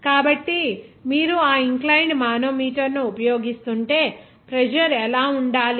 కాబట్టి మీరు ఆ ఇన్ క్లయిన్ద్ మానోమీటర్ను ఉపయోగిస్తుంటే ప్రెజర్ ఎలా ఉండాలి